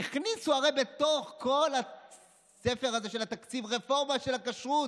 הרי הכניסו בתוך כל הספר הזה של התקציב את הרפורמה של הכשרות.